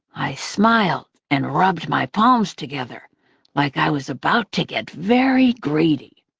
i smiled and rubbed my palms together like i was about to get very greedy.